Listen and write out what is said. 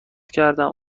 کردم